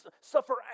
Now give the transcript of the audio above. suffer